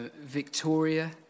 Victoria